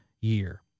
year